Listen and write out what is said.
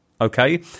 okay